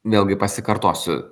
vėlgi pasikartosiu